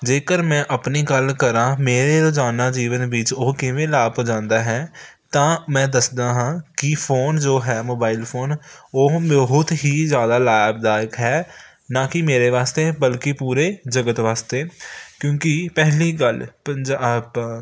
ਜੇਕਰ ਮੈਂ ਆਪਣੀ ਗੱਲ ਕਰਾਂ ਮੇਰੇ ਰੋਜ਼ਾਨਾ ਜੀਵਨ ਵਿੱਚ ਉਹ ਕਿਵੇਂ ਲਾਭ ਪੁਜਾਦਾ ਹੈ ਤਾਂ ਮੈਂ ਦੱਸਦਾ ਹਾਂ ਕਿ ਫੋਨ ਜੋ ਹੈ ਮੋਬਾਈਲ ਫੋਨ ਉਹ ਬਹੁਤ ਹੀ ਜ਼ਿਆਦਾ ਲਾਭਦਾਇਕ ਹੈ ਨਾ ਕਿ ਮੇਰੇ ਵਾਸਤੇ ਬਲਕਿ ਪੂਰੇ ਜਗਤ ਵਾਸਤੇ ਕਿਉਂਕਿ ਪਹਿਲੀ ਗੱਲ ਪੰਜਾਬ